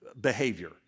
behavior